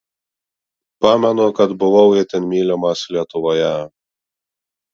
pamenu kad buvau itin mylimas lietuvoje